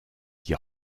qui